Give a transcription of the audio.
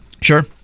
sure